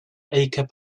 acre